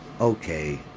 Okay